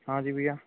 हाँ जी भैया